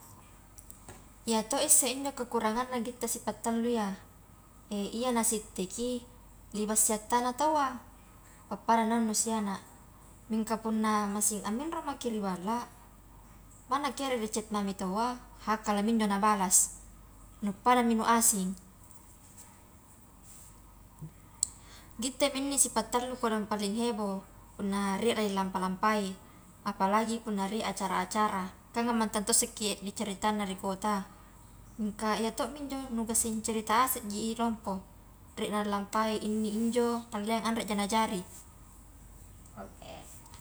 Iya to isse injo kekuranganna gitte si pattallu ia, ia nasitteki, liba siattana taua, pappada naung nu siana, mingka punna masing amminro maki ri balla, manna kie ri chat mami taua hakalami injo nabalas, nu padami nu asing, gitte mi inni si pattallu kodong paling heboh, punna rie la lilampa-lampai apalagi punna rie acara-acara kan ammantang to sekki ie caritanna ri kota, mingka iya to minjo nu gassing cerita ase ji lompo rie nare na lampai inni injo ta leang anreja na jari.